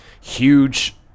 huge